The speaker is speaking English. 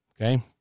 Okay